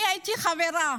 אני הייתי חברה